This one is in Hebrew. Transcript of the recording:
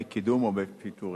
בקידום או בפיטורים.